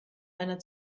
einer